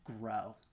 grow